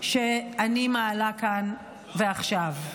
שאני מעלה כאן ועכשיו.